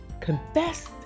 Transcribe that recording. confessed